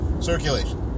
circulation